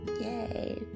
Yay